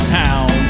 town